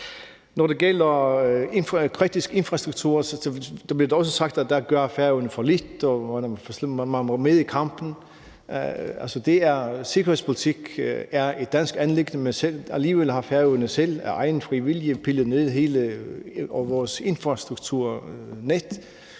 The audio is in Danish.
Når det gælder kritisk infrastruktur, bliver der også sagt, at Færøerne gør for lidt, og at man må med i kampen. Altså, sikkerhedspolitik er et dansk anliggende, men alligevel har vi på Færøerne selv af egen fri vilje pillet hele vores infrastrukturnet